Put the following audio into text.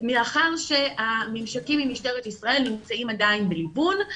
מאחר שהממשקים עם משטרת ישראל נמצאים עדין בליבון.